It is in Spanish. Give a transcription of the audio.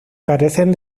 carecen